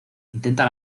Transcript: intenta